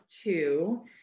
two